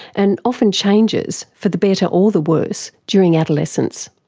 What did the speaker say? and often changes, for the better or the worse, during adolescence.